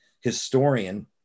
historian